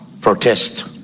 protest